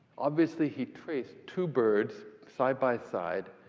obviously, he traced two birds side by side,